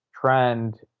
trend